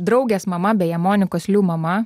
draugės mama beje monikos liu mama